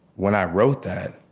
when i wrote that,